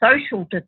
social